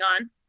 on